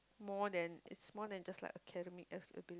more than is more than just like academic affordability